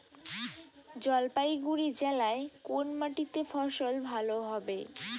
জলপাইগুড়ি জেলায় কোন মাটিতে ফসল ভালো হবে?